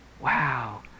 Wow